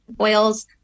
oils